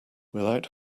without